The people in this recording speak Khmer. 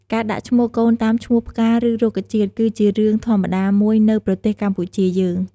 ការដាក់ឈ្មោះកូនតាមឈ្មោះផ្កា ឬរុក្ខជាតិ គឺជារឿងធម្មតាមួយនៅប្រទេសកម្ពុជាយើង។